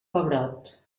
pebrot